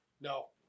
No